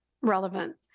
relevant